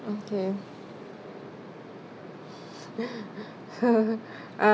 okay